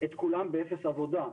את כולם באפס עבודה.